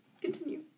Continue